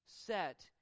set